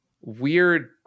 weird